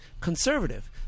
conservative